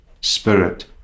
spirit